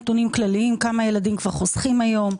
לקבל נתונים כללים: כמה ילדים כבר חוסכים היום?